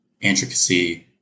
intricacy